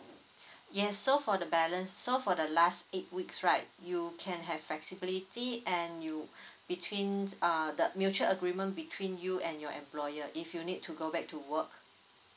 yes so for the balance so for the last eight weeks right you can have flexibility and you between uh the mutual agreement between you and your employer if you need to go back to work